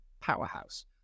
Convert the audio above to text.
powerhouse